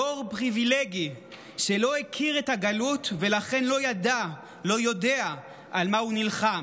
דור פריבילגי שלא הכיר את הגלות ולכן לא יודע על מה הוא נלחם.